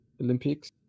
olympics